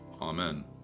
Amen